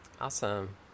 Awesome